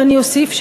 ואני אוסיף,